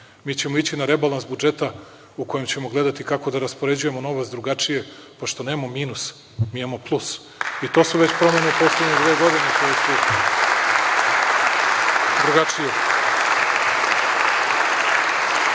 Mi ćemo ići na rebalans budžeta u kojem ćemo gledati kako da raspoređujemo novac drugačije pošto nemamo minus, mi imamo plus, i to su već promene u poslednje dve godine koje su drugačije. Uz